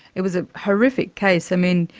it was a horrific case. i mean,